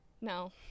No